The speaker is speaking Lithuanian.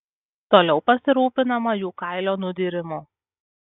toliau pasirūpinama jų kailio nudyrimu